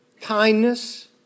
kindness